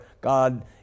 God